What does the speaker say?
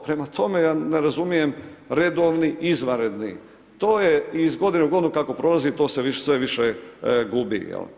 Prema tome, ja ne razumijem redovni izvanredni to je iz godine u godinu kako prolazi to se sve više gubi, jel.